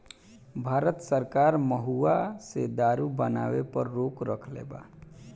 भारत सरकार महुवा से दारू बनावे पर रोक रखले बा